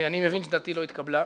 אני מבין שדעתי לא התקבלה,